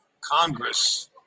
Congress